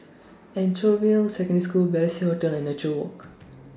Anchorvale Secondary School Balestier Hotel and Nature Walk